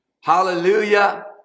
Hallelujah